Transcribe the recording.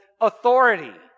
authority